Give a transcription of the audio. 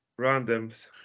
Randoms